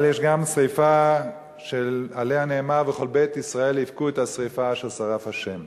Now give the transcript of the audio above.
אבל יש גם שרפה שעליה נאמר: "כל בית ישראל יבכו את השרפה אשר שרף ה'".